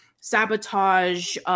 sabotage